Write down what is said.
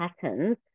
patterns